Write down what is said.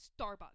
Starbucks